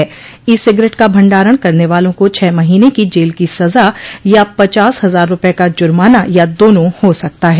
ई cigarette का भंडारण करने वालों को छह महीने की जेल की सजा या पचास हजार रूपये का जुर्माना या दोनों हो सकता है